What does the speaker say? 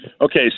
Okay